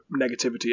negativity